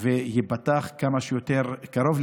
ושזה ייפתח כמה שיותר קרוב,